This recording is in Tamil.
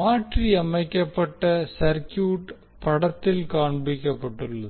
மாற்றியமைக்கப்பட்ட சர்க்யூட் படத்தில் காண்பிக்கப்பட்டுள்ளது